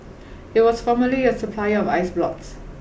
it was formerly a supplier of ice blocks